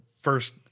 First